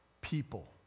people